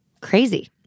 Crazy